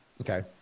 Okay